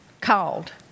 called